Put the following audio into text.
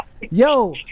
Yo